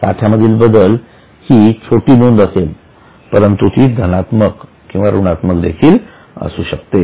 साठ्यामधील बदल हि छोटी नोंद असेल परंतु ती धनात्मक किंवा ऋणात्मक देखील असू शकते